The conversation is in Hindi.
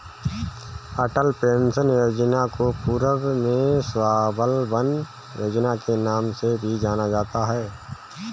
अटल पेंशन योजना को पूर्व में स्वाबलंबन योजना के नाम से भी जाना जाता था